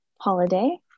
holiday